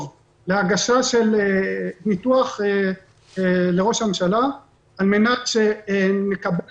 להגשה של ניתוח לראש הממשלה על מנת שנקבל,